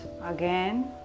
again